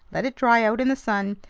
let it dry out in the sun,